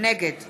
נגד